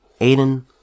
Aiden